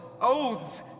oaths